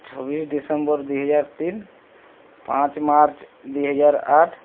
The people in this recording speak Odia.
ଛବିଶ ଡିସେମ୍ବର ଦୁଇ ହଜାର ତିନ ପାଞ୍ଚ ମାର୍ଚ୍ଚ ଦୁଇ ହଜାର ଆଠ